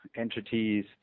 entities